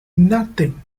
nothing